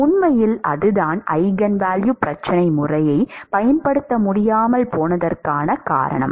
உண்மையில் அதுதான் ஈஜென்வேல்யூ பிரச்சனை முறையைப் பயன்படுத்த முடியாமல் போனதற்கான காரணம்